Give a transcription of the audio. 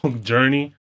journey